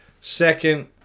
Second